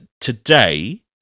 Today